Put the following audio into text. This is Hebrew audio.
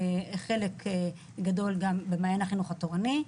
חלק גדול גם במעיין החינוך התורני.